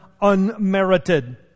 unmerited